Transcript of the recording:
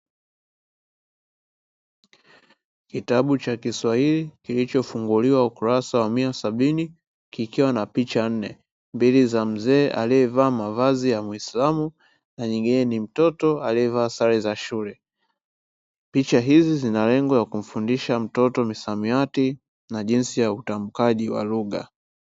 Kitabu cha Kiswahili kilichofunguliwa ukurasa wa mia sabini kikiwa na picha nne. Mbili za mzee aliyevaa mavazi ya muislamu, na nyingine ni mtoto aliyevaa sare za shule. Picha hizi zinalengo la kumfundisha mtoto misamiati na jinsi ya utamkaji wa lugha.